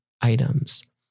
items